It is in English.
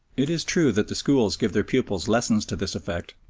it is true that the schools give their pupils lessons to this effect,